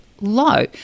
low